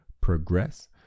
progress